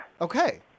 Okay